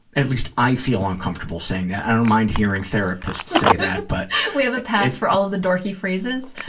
at least, i feel uncomfortable saying that. i don't mind hearing therapists say that but megan we have a pass for all of the dorky phrases.